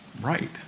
right